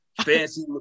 fancy